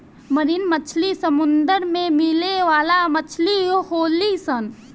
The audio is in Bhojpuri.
मरीन मछली समुंदर में मिले वाला मछली होली सन